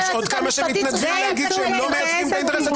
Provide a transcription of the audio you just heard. יש עוד כמה שמתנדבים להגיד שהם לא מייצגים את האינטרס הציבורי?